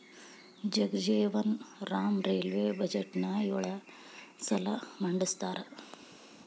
Jagjivan Ram railway ಬಜೆಟ್ನ ಯೊಳ ಸಲ ಮಂಡಿಸ್ಯಾರ